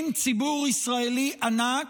עם ציבור ישראלי ענק,